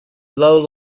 low